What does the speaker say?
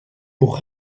pour